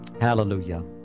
Hallelujah